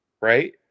right